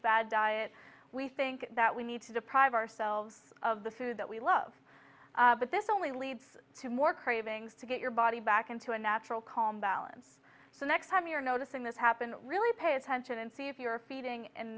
fad diet we think that we need to deprive ourselves of the food that we love but this only leads to more cravings to get your body back into a natural calm balance so next time you're noticing this happen really pay attention and see if you are feeding and